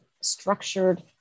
structured